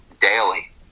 daily